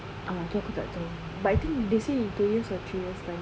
ah tu aku tak tahu but I think they say in two years or three years time